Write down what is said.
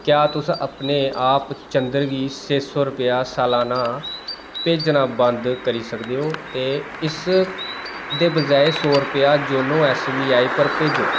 क्या तुस अपने आप चंदर गी छे सौ रपेआ सलाना भेजना बंद करी सकदे ओ ते इसदे बजाए सौ रपेआ योनो ऐस्स बी आई पर भेजो